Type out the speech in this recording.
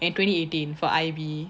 and twenty eighteen for I_B